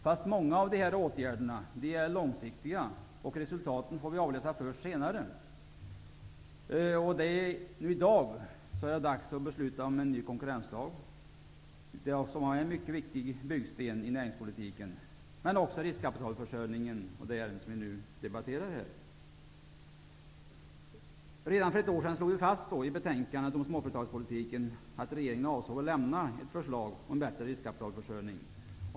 Fast många av dessa åtgärder är långsiktiga, och resultaten får vi avläsa först senare. I dag är det dags att besluta om en ny konkurrenslag, som också är en mycket viktig byggsten i näringspolitiken, och om riskkapitalförsörjningen, det ärende som vi nu debatterar. Redan för ett år sedan slogs det fast i betänkandet om småföretagspolitiken att regeringen avsåg att lämna ett förslag om en bättre riskkapitalförsörjning.